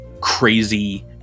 crazy